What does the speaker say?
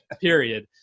Period